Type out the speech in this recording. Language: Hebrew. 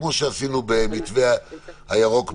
שלישית, כפי שעשינו במתווה הירוק באילת,